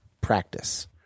practice